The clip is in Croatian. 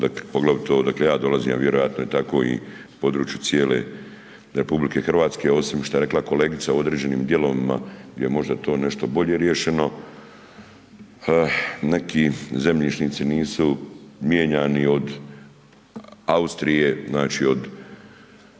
odakle ja dolazim, a vjerojatno je tako na području cijele RH, osim što je rekla kolegice u određenim dijelovima gdje je možda to nešto bolje riješeno. Neki zemljišnici nisu mijenjani od Austrije, znači od